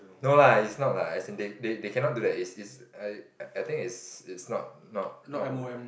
no lah it's not lah as in they they cannot do that it's it's err I think it's it's not not not ri~